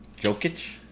jokic